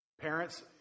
Parents